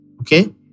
okay